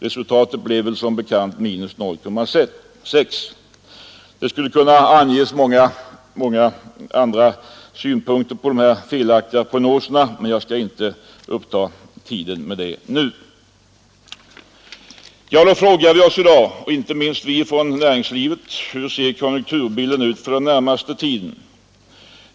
Resultatet blev som bekant minus 0,6 procent. Det skulle kunna anläggas många andra synpunkter på de här felaktiga prognoserna, men jag skall inte uppta tiden med det nu. Då frågar vi oss — och inte minst från näringslivet — i dag: Hur ser konjunkturbilden ut för den närmaste tiden?